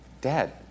Dad